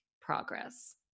progress